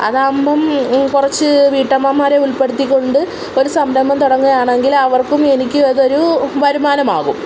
അതാവുമ്പോള് കുറച്ച് വീട്ടമ്മമാരെ ഉൾപ്പെടുത്തിക്കൊണ്ട് ഒരു സംരംഭം തുടങ്ങുകയാണെങ്കിൽ അവർക്കും എനിക്കും അതൊരു വരുമാനമാകും